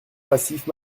massif